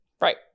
Right